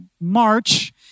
March